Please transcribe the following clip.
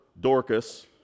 Dorcas